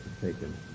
taken